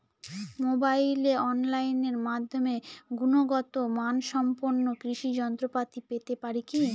মোবাইলে অনলাইনের মাধ্যমে গুণগত মানসম্পন্ন কৃষি যন্ত্রপাতি পেতে পারি কি?